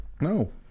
No